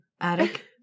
Attic